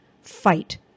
fight